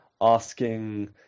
asking